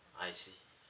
I see